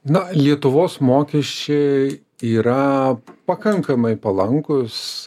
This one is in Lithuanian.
na lietuvos mokesčiai yra pakankamai palankūs